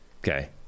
Okay